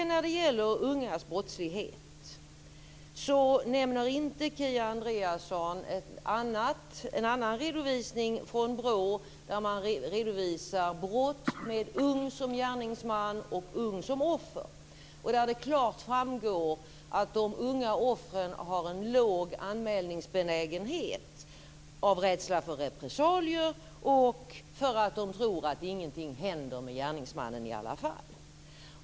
När det gäller de ungas brottslighet nämner inte Kia Andreasson en annan redovisning från BRÅ där man redovisar brott med ung som gärningsman och ung som offer. Där framgår det klart att de unga offren har en låg anmälningsbenägenhet av rädsla för repressalier och därför att de tror att ingenting händer med gärningsmannen i alla fall.